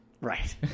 Right